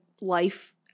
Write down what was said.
life